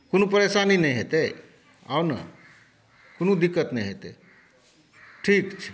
कोनो परेशानी नहि हेतै आउ ने कोनो दिक्कत नहि हेतै ठीक छै